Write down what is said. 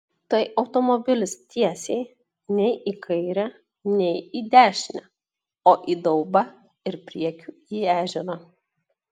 tai automobilis tiesiai nei į kairę nei į dešinę o į daubą ir priekiu į ežerą